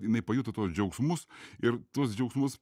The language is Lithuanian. jinai pajuto tuos džiaugsmus ir tuos džiaugsmus